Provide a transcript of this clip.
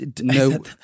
no